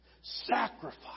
sacrifice